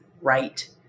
right